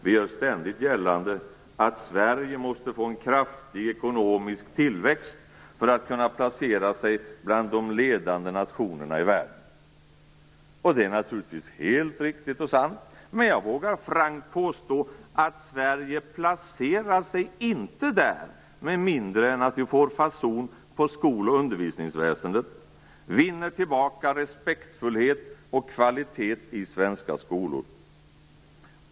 Vi gör ständigt gällande att Sverige måste få en kraftig ekonomisk tillväxt för att kunna placera sig bland de ledande nationerna i världen, och det är naturligtvis helt riktigt och sant. Men jag vågar frankt påstå att Sverige inte placerar sig där med mindre än att vi får fason på skol och undervisningsväsendet, vinner tillbaka respektfullhet och kvalitet i svenska skolor.